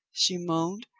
she moaned.